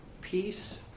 peace